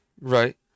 Right